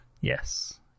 Yes